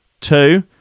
Two